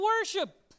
worship